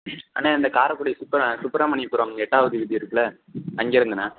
அண்ணேன் இந்த காரைக்குடி சுப்புரா சுப்புரமணியபுரம் எட்டாவது வீதி இருக்குல்ல அங்கிருந்துண்ண